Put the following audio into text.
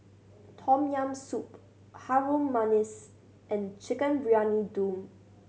Tom Yam Soup Harum Manis and Chicken Briyani Dum